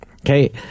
Okay